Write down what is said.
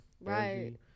Right